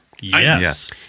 Yes